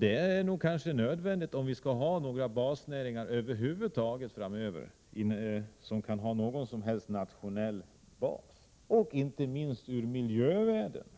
Det är kanske nödvändigt, om vi i Sverige skall ha några basnäringar över huvud taget framöver med nationell bas. Inte minst ur miljösynpunkt